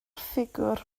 ffigwr